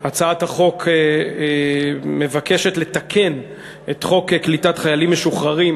הצעת החוק מבקשת לתקן את חוק קליטת חיילים משוחררים